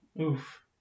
oof